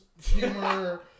humor